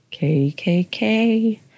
KKK